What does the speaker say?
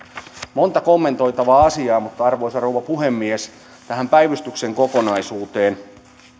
monta kommentoitavaa asiaa mutta arvoisa rouva puhemies tähän päivystyksen kokonaisuuteen